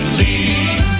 leave